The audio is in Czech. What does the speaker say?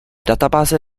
databáze